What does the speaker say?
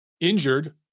injured